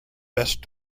best